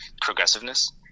progressiveness